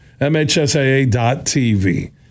MHSAA.tv